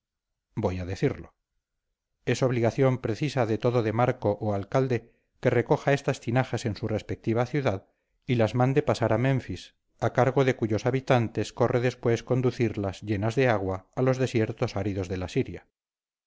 voy a decirlo es obligación precisa de todo demarco o alcalde que recoja estas tinajas en su respectiva ciudad y las mande pisar a menfis a cargo de cuyos habitantes corre después conducirlas llenas de agua a los desiertos áridos de la siria